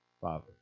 Father